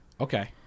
Okay